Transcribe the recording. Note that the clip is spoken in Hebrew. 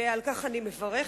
ועל כך אני מברכת.